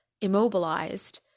immobilized